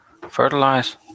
fertilize